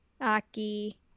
Aki